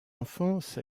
enfance